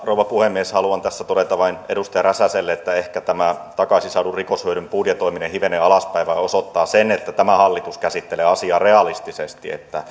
rouva puhemies haluan tässä todeta vain edustaja räsäselle että ehkä tämä takaisin saadun rikoshyödyn budjetoiminen hivenen alaspäin vain osoittaa sen että tämä hallitus käsittelee asiaa realistisesti